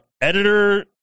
editor